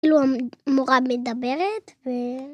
כ‫אילו, המורה מדברת, ו...